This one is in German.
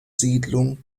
siedlung